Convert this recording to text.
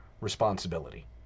responsibility